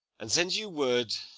and sends you word,